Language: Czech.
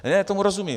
Já tomu rozumím.